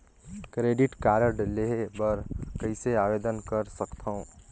Credit card लेहे बर कइसे आवेदन कर सकथव?